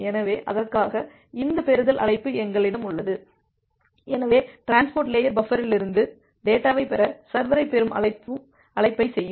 எனவே அதற்காக இந்த பெறுதல் அழைப்பு எங்களிடம் உள்ளது எனவே டிரான்ஸ்போர்ட் லேயர் பஃப்பரிலிருந்து டேட்டாவைப் பெற சர்வரை பெறும் அழைப்பை செய்யும்